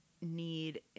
need